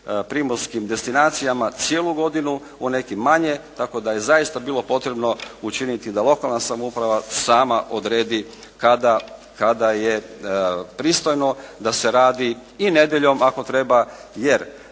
primorskim destinacijama cijelu godinu, u nekim manje, tako da je zaista bilo potrebno učiniti da lokalna samouprava sama odredi kada je pristojno da se radi i nedjeljom ako treba. Jer